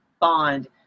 bond